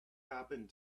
happened